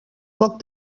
poc